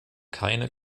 keine